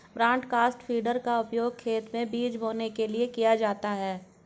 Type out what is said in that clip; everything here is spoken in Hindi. ब्रॉडकास्ट फीडर का उपयोग खेत में बीज बोने के लिए किया जाता है